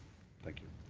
thank you.